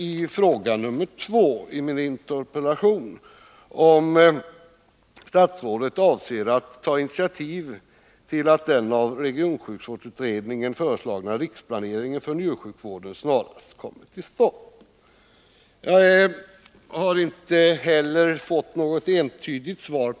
I fråga nummer 2 i min interpellation undrar jag om statsrådet avser att ta intitiativ till att även den av regionsjukvårdsutredningen föreslagna riksplaneringen för njursjukvården snarast kommer till stånd. Inte heller på den frågan har jag fått något entydigt svar.